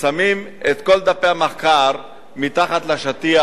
שמים את כל דפי המחקר מתחת לשטיח,